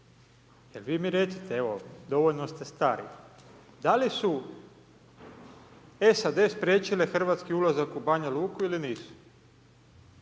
Jel vi mi recite, evo dovoljno ste stari. Da li su SAD spriječile hrvatski ulazak u Banja Luku ili nisu?